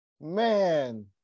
Man